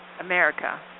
America